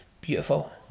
Beautiful